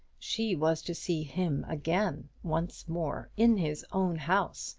she was to see him again, once more, in his own house,